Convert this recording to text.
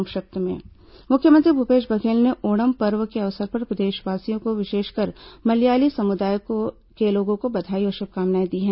संक्षिप्त समाचार मुख्यमंत्री भूपेश बघेल ने ओणम् पर्व के अवसर पर प्रदेशवासियों विशेषकर मलयाली समुदाय के लोगों को बधाई और शुभकामनाएं दी हैं